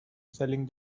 selling